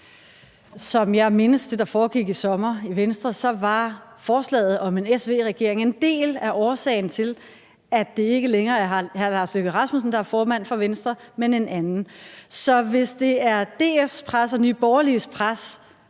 Som jeg mindes det, der foregik i sommer i Venstre, var forslaget om en SV-regering en del af årsagen til, at det ikke længere er hr. Lars Løkke Rasmussen, der er formand for Venstre, men en anden. Så hvis det er DF's pres og Nye Borgerliges pres